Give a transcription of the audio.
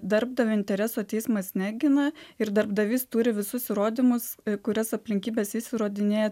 darbdavio intereso teismas negina ir darbdavys turi visus įrodymus kurias aplinkybes jis įrodinėja